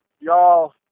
y'all